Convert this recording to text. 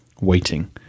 waiting